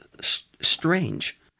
strange